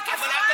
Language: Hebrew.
טועה.